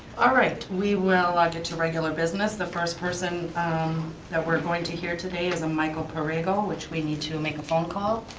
alright, we will ah get to regular business. the first person that we are going to hear today is a michael perrigo which we need to make a phone call.